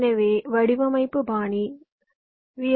எனவே வடிவமைப்பு பாணிகள் வி